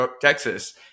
texas